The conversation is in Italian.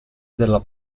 della